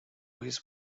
his